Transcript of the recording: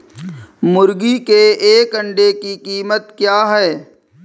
मुर्गी के एक अंडे की कीमत क्या है?